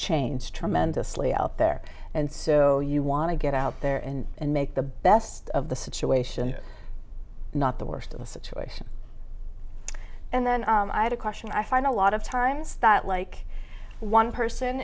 changed tremendously out there and so you want to get out there and make the best of the situation not the worst of the situation and then i had a question i find a lot of times that like one person